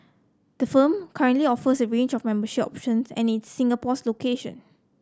the firm currently offers a range of membership options at its Singapore location